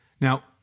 Now